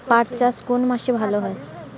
পাট চাষ কোন মাসে ভালো হয়?